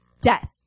death